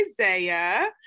Isaiah